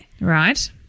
Right